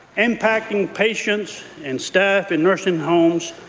impacting patients and staff in nursing homes,